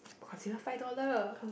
but consider five dollar